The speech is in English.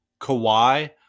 Kawhi